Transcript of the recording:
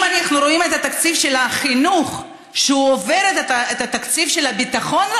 אם אנחנו רואים את תקציב החינוך שעובר את תקציב הביטחון,